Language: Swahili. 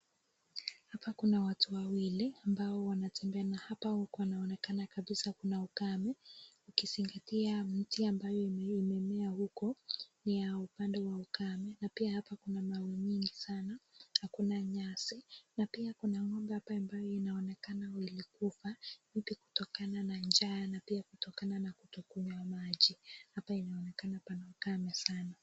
Hapa kuna watu wawili ambao wanatembea na hapa huku wanaonekana kabisa kuna ukame. Ukizingatia mti ambayo imemea huko ni ya upande wa ukame na pia hapa kuna mawe nyingi sana, hakuna nyasi na pia kuna ng'ombe hapa ambayo inaonekana walikufa hivi kutokana na njaa na pia kutokana na kutokunywa maji. Hapa inaonekana pana ukame sana.